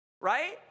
right